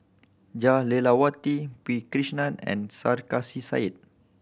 Jah Lelawati P Krishnan and Sarkasi Said